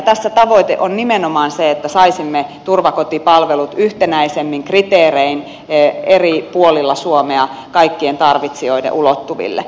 tässä tavoite on nimenomaan se että saisimme turvakotipalvelut yhtenäisemmin kriteerein eri puolilla suomea kaikkien tarvitsijoiden ulottuville